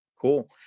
Cool